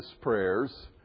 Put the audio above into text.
prayers